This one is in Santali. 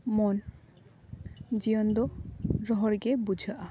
ᱢᱚᱱ ᱡᱤᱭᱚᱱ ᱫᱚ ᱨᱚᱦᱚᱲ ᱜᱮ ᱵᱩᱡᱷᱟᱹᱜᱼᱟ